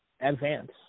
advance